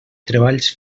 treballs